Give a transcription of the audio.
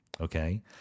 Okay